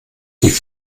die